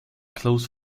close